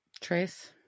Trace